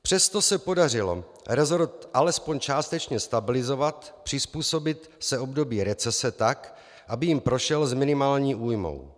Přesto se podařilo resort alespoň částečně stabilizovat, přizpůsobit se období recese tak, aby jím prošel s minimální újmou.